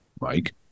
Mike